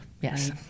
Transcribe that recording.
yes